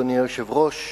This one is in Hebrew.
אדוני היושב-ראש,